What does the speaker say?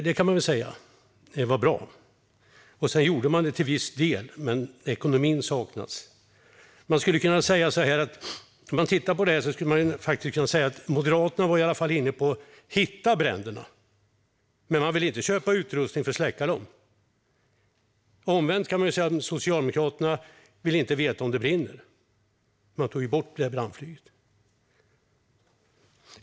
Det kan man väl säga var bra. Detta gjordes sedan till viss del, men ekonomin saknas. När man tittar på detta skulle man kunna säga att Moderaterna i alla fall var inne på att hitta bränderna, men de ville inte köpa utrustning för att släcka dem. Omvänt kan man säga att Socialdemokraterna inte vill veta om det brinner - de tog ju bort brandflyget.